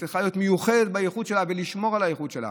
היא צריכה להיות מיוחדת בייחוד שלה ולשמור על הייחוד שלה.